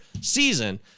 season